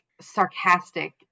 sarcastic